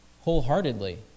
wholeheartedly